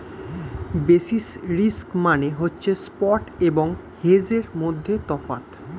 basis risk মানে হচ্ছে spot এবং হেজের মধ্যে তফাৎ